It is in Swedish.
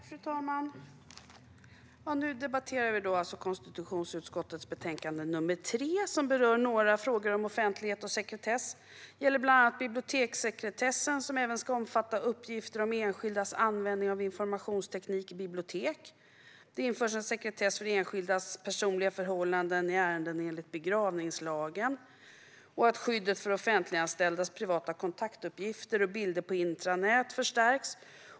Fru talman! Nu debatterar vi konstitutionsutskottet betänkande KU3, som berör några frågor om offentlighet och sekretess. Det gäller bland annat biblioteksekretessen, som även ska omfatta uppgifter om enskildas användning av informationsteknik i bibliotek. Det införs en sekretess för enskildas personliga förhållanden i ärenden enligt begravningslagen, och skyddet för offentliganställdas privata kontaktuppgifter och bilder på intranät förstärks.